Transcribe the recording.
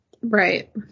Right